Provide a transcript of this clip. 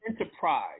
enterprise